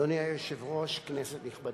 אדוני היושב-ראש, כנסת נכבדה,